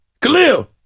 Khalil